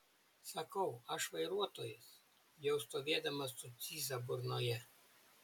sakau aš vairuotojas jau stovėdamas su cyza burnoje